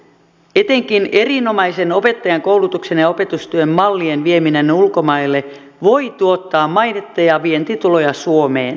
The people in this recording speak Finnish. etenkin erinomaisen opettajankoulutuksen ja opetustyön mallien vieminen ulkomaille voi tuottaa mainetta ja vientituloja suomeen